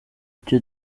icyo